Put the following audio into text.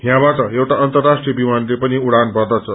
यहाँबाट एउटा अन्तर्राष्ट्रीय विमानले पनि उड़ान भर्दछ